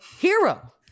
hero